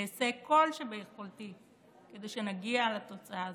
אעשה כל שביכולתי כדי שנגיע לתוצאה הזאת.